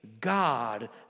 God